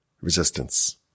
resistance